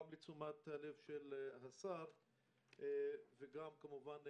גם לתשומת הלב של השר וגם למנכ"ל,